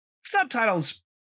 subtitles